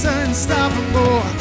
unstoppable